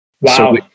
Wow